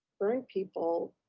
burn people,